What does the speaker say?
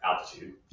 altitude